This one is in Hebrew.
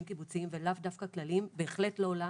קיבוציים ולאו דווקא כלליים - בהחלט לא עולה